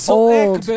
old